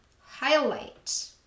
highlight